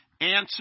answer